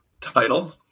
title